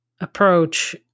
approach